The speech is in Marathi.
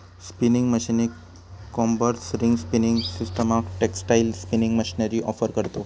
स्पिनिंग मशीनीक काँबर्स, रिंग स्पिनिंग सिस्टमाक टेक्सटाईल स्पिनिंग मशीनरी ऑफर करतव